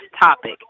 topic